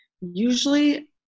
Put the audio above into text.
usually